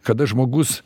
kada žmogus